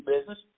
business